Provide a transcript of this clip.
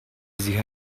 sie